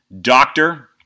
doctor